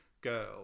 girl